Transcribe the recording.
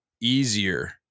easier